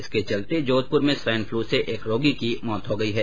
इसके चलते जोधप्र में स्वाइन फ्लू से एक रोगी की मौत हो गई है